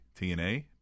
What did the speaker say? TNA